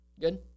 Good